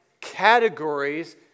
categories